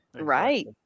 Right